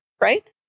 right